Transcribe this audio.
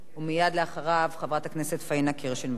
ומייד אחריו, חברת הכנסת פאינה קירשנבאום.